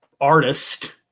artist